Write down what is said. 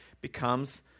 becomes